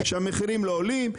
שהמחירים לא עולים,